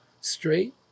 straight